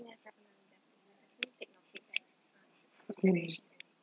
mm